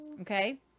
Okay